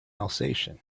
alsatian